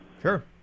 Sure